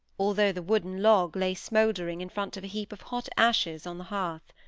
although the wooden log lay smouldering in front of a heap of hot ashes on the hearth.